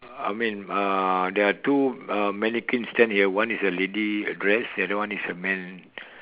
I mean uh there are two uh mannequin stand here one is a lady dress another is a man